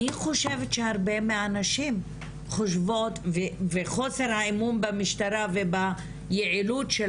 אני חושבת שהרבה מהנשים חושבות וחוסר האמון במשטרה וביעילות של